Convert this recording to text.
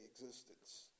existence